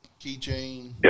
keychain